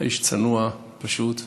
היה איש צנוע, פשוט,